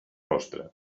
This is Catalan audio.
rostre